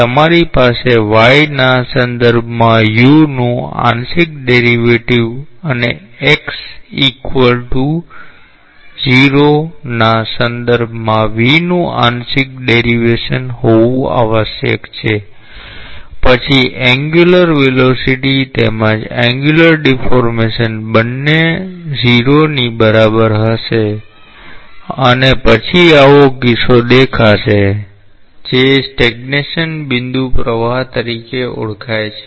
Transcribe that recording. તમારી પાસે y ના સંદર્ભમાં u નું આંશિક ડેરિવેટિવ અને x ઈક્વલ ટુ 0 ના સંદર્ભમાં v નું આંશિક ડેરિવેટિવ હોવું આવશ્યક છે પછી એન્ગ્યુલર વેલોસીટી તેમજ એન્ગ્યુલર ડીફૉર્મેશન બંને 0 ની બરાબર હશે અને પછી આવો કિસ્સો દેખાશે જે સ્ટૈગ્નૈશન બિંદુ પ્રવાહ તરીકે ઓળખાય છે